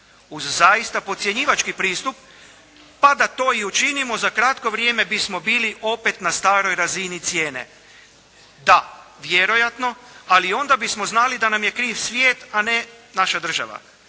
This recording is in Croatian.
uz zaista podcjenjivački pristup pa da to i učinimo za kratko vrijeme bismo bili opet na staroj razini cijene. Da, vjerojatno, ali onda bismo znali da nam je kriv svijet, a ne naša država,